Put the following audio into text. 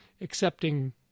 accepting